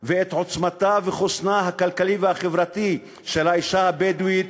ההישרדותיות ואת עוצמתה וחוסנה הכלכלי והחברתי של האישה הבדואית,